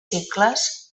segles